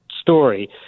story